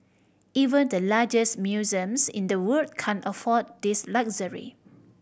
even the largest museums in the world can't afford this luxury